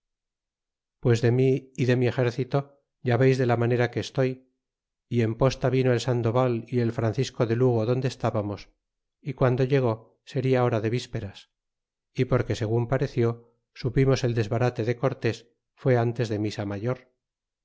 pues de mí y de mi exército ya veis de la manera que estoy y en posta vino el sandoval y el francisco de lugo donde estábamos y guando llegó seria hora de vísperas y porque segun pareció supimos el desbarate de cortés fue antes de misa mayor